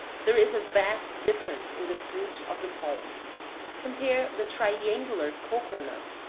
there is a vast difference in the fruits of the palm compare the triangular cocoa-nut,